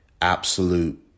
absolute